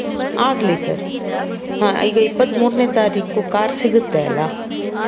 ಆಗಲಿ ಸರ್ ಈಗ ಇಪ್ಪತ್ತ್ಮೂರನೇ ತಾರೀಕು ಕಾರ್ ಸಿಗತ್ತೆ ಅಲ್ಲಾ